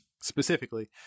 specifically